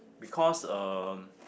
because um